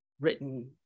written